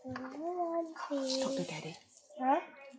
daddy talk to daddy